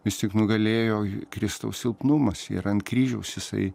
vis tik nugalėjo kristaus silpnumas ir ant kryžiaus jisai